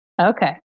Okay